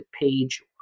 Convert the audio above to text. page